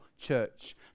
church